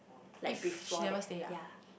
like before that ya